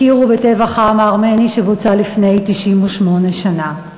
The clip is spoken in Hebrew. הכירו בטבח העם הארמני שבוצע לפני 98 שנה.